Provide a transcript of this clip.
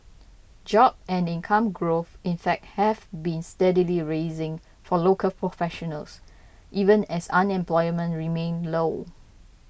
job and income growth in fact have been steadily rising for local professionals even as unemployment remained low